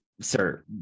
sir